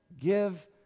give